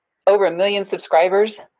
over a million subscribers,